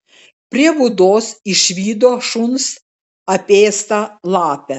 prie būdos išvydo šuns apėstą lapę